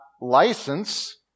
license